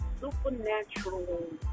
supernatural